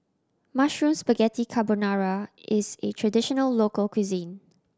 Mushroom Spaghetti Carbonara is a traditional local cuisine